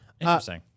Interesting